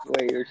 Wait